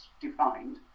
defined